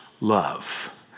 love